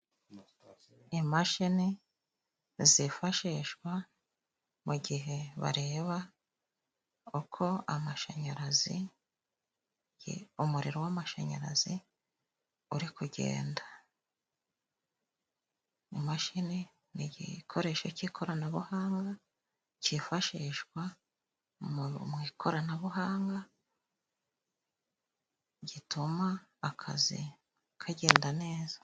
Imashini zifashishwa mu gihe bareba uko umuriro w'amashanyarazi uri kugenda. Imashini ni igikoresho cy'ikoranabuhanga cyifashishwa mu ikoranabuhanga gituma akazi kagenda neza.